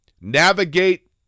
navigate